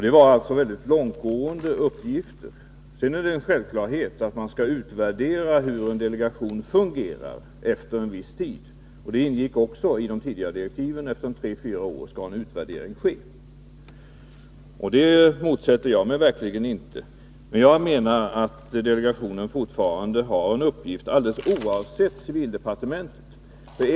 Det var fråga om väldigt långtgående uppgifter. Sedan är det en självklarhet att man efter en viss tid skall utvärdera hur en delegation fungerar. Det ingick också i de tidigare direktiven att en utvärdering skall ske efter tre fyra år. Jag motsätter mig verkligen inte det, men jag menar att delegationen fortfarande har en uppgift alldeles oavsett civildepartementets tillkomst.